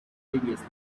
previous